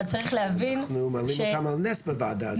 אבל צריך להבין --- אנחנו מעלים אותם על נס בוועדה הזאת.